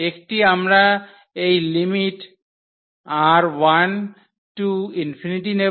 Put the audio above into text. একটি আমরা এই lim⁡R1→∞ নেব